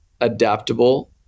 adaptable